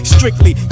Strictly